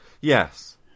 Yes